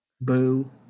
Boo